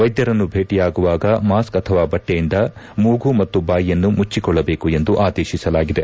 ವೈದ್ಯರನ್ನು ಭೇಟಿಯಾಗುವಾಗ ಮಾಸ್ಕ್ ಅಥವಾ ಬಟ್ಲೆಯಿಂದ ಅವಶ್ಯವಾಗಿ ಮೂಗು ಮತ್ತು ಬಾಯಿಯನ್ನು ಮುಚ್ಚಿಕೊಳ್ಳಬೇಕು ಎಂದು ಆದೇಶಿಸಲಾಗಿದೆ